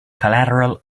collateral